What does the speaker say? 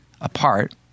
apart